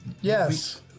Yes